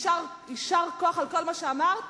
יישר כוח על כל מה שאמרת,